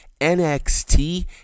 NXT